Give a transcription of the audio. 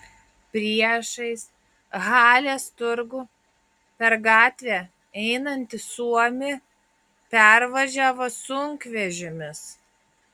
priešais halės turgų per gatvę einantį suomį pervažiavo sunkvežimis